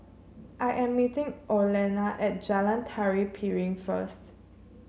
I am meeting Orlena at Jalan Tari Piring first